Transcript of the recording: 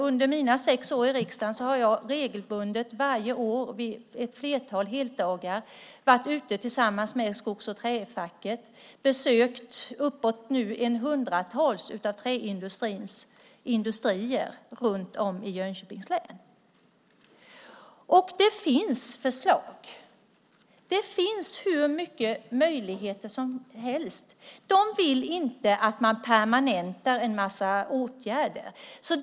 Under mina sex år i riksdagen har jag regelbundet varje år under ett flertal heldagar varit ute tillsammans med Skogs och Träfacket och besökt upp emot ett hundratal träindustrier runt om i Jönköpings län. Det finns förslag. Det finns hur många möjligheter som helst. De vill inte att man permanentar en massa åtgärder.